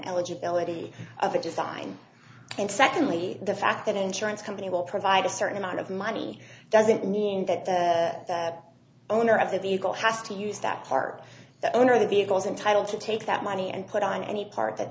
eligibility of a design and secondly the fact that insurance company will provide a certain amount of money doesn't mean that the owner of the vehicle has to use that car the owner of the vehicles and title to take that money and put on any part that